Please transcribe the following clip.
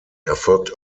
erfolgt